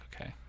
okay